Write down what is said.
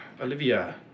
Olivia